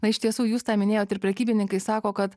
na iš tiesų jūs tą minėjot ir prekybininkai sako kad